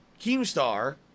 Keemstar